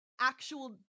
actual